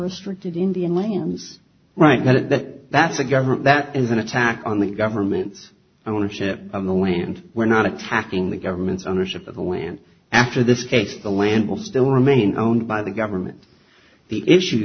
restricted indian lands right now that that's a government that is an attack on the government ownership of the land we're not attacking the government's ownership of the land after this case the land will still remain owned by the government the issue